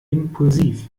impulsiv